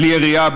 בכלי ירייה,